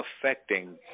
affecting